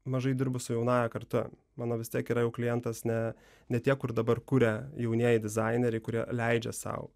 mažai dirbu su jaunąja karta mano vis tiek yra jau klientas ne ne tie kur dabar kuria jaunieji dizaineriai kurie leidžia sau